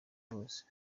bose